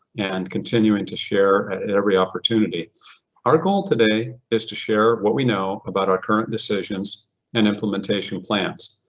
and continuing to share every opportunity. our goal today is to share what we know about our current decisions and implementation plans.